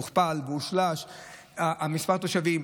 הוכפל ושולש מספר התושבים,